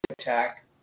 attack